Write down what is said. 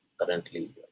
currently